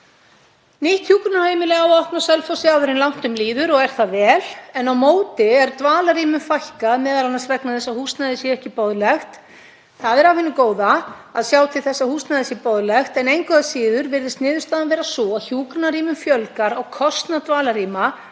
Nýtt hjúkrunarheimili á að opna Selfossi áður en langt um líður og er það vel. En á móti er dvalarrýmum fækkað, m.a. vegna þess að húsnæði er ekki boðlegt. Það er af hinu góða að sjá til þess að húsnæði sé boðlegt en engu að síður virðist niðurstaðan vera sú að hjúkrunarrýmum fjölgar á kostnað dvalarrýma